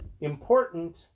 important